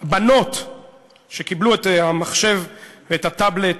בנות שקיבלו את המחשב ואת הטאבלט